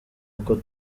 uko